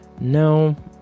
no